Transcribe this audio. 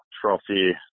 trophy